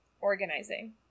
organizing